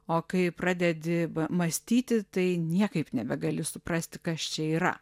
o kai pradedi mąstyti tai niekaip nebegali suprasti kas čia yra